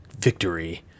victory